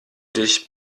dich